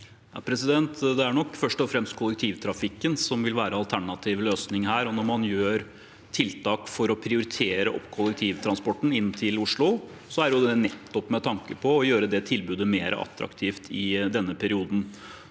Det er nok først og fremst kollektivtrafikken som vil være alternativ løsning her, og når man gjør tiltak for å prioritere opp kollektivtransporten inn til Oslo, er det nettopp med tanke på å gjøre det tilbudet mer attraktivt i denne perioden.